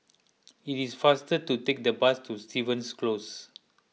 it is faster to take the bus to Stevens Close